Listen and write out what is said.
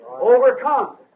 overcome